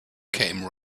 came